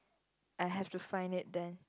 I have to find it then